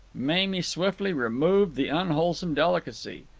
mamie swiftly removed the unwholesome delicacy.